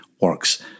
works